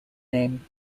name